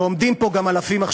וגם עומדים פה בחוץ עכשיו אלפים,